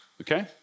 okay